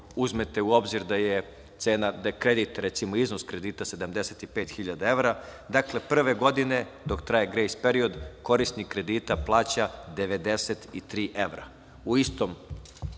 uzmete u obzir da je iznos kredita 75.000 evra. Dakle, prve godine, dok traje grejs period, korisnik kredita plaća 93 evra.